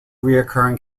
recurring